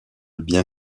bien